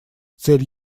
цель